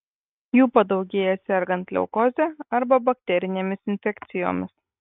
jų padaugėja sergant leukoze arba bakterinėmis infekcijomis